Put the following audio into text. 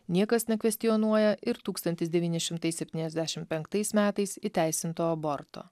niekas nekvestionuoja ir tūkstantis devyni šimtai septyniasdešim penktais metais įteisinto aborto